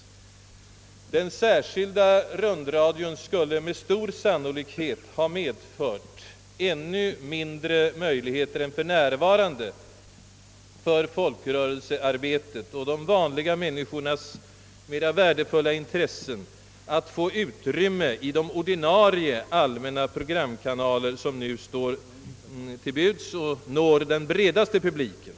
Den särskilda rundradion skulle nämligen med stor sannolikhet medföra ännu mindre möjligheter än för närvarande för folkrörelsearbetet och de vanliga människornas mera värdefulla intressen av kulturell och social art att få utrymme i de ordinarie allmänna programkanaler, som kan stå till buds och som avses för den bredaste publiken.